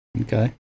Okay